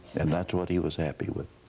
and that's what he was happy with.